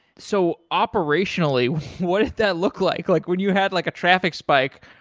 so operationally, what did that look like? like when you had like a traffic spike,